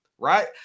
Right